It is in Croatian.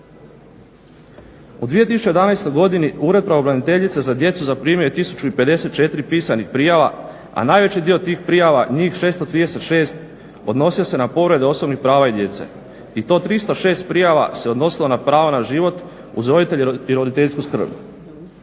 U 2011. godini Ured pravobraniteljice za djecu zaprimio je 1054 pisanih prijava, a najveći dio tih prijava, njih 636 odnosio se na povrede osobnih prava djece i to 306 prijava se odnosilo na pravo na život uz roditelje i roditeljsku skrb.